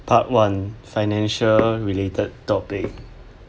part one financial related topic